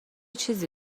چیزی